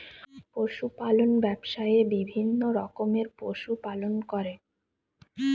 পশু পালন ব্যবসায়ে বিভিন্ন রকমের পশু পালন করে